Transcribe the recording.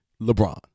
LeBron